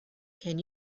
can